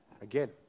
Again